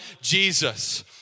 Jesus